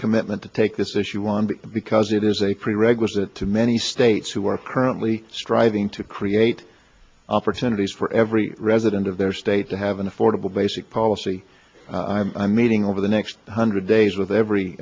commitment to take this issue one because it is a prerequisite to many states who are currently striving to create opportunities for every resident of their state to have an affordable basic policy i'm meeting over the next one hundred days with every